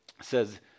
says